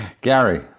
gary